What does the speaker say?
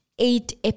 Eight